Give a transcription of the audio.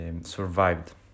survived